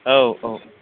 औ औ